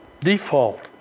default